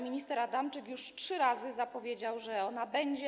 Minister Adamczyk już trzy razy zapowiedział, że ona będzie.